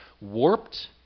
warped